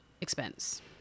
expense